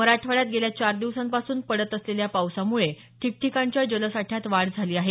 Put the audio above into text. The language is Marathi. मराठवाड्यात गेल्या चार दिवसांपासून पडत असलेल्या पावसामुळे ठिकठिकाणच्या जलसाठ्यात वाढ झाली आहे